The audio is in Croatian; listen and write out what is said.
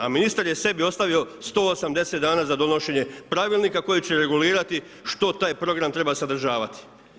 A ministar je sebi ostavio 180 dana za donošenje pravilnika koji će regulirati što taj program treba sadržavati.